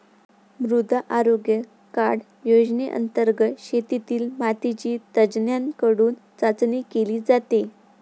मृदा आरोग्य कार्ड योजनेंतर्गत शेतातील मातीची तज्ज्ञांकडून चाचणी केली जाते